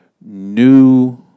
New